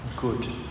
good